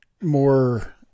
more